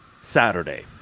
Saturday